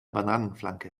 bananenflanke